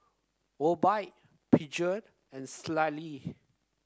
Obike Peugeot and Sealy